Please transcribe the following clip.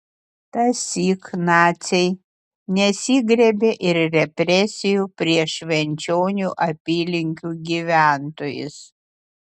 tąsyk naciai nesigriebė ir represijų prieš švenčionių apylinkių gyventojus